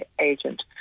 agent